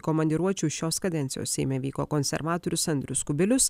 komandiruočių šios kadencijos seime vyko konservatorius andrius kubilius